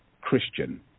Christian